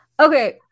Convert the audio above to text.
Okay